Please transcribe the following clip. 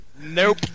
nope